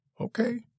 okay